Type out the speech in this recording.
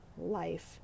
life